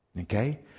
Okay